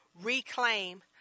reclaim